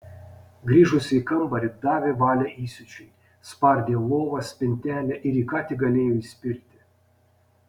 grįžusi į kambarį davė valią įsiūčiui spardė lovą spintelę ir į ką tik galėjo įspirti